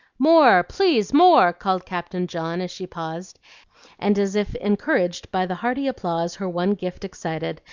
more, please, more! called captain john, as she paused and as if encouraged by the hearty applause her one gift excited,